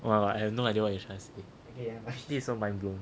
!wah! I have no idea what you are trying to say this is so mind blowing